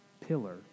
pillar